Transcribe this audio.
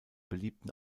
beliebten